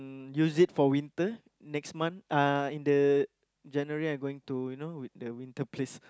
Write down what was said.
use it for winter next month uh in the January I going to you know the winter place